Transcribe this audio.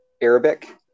Arabic